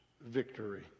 victory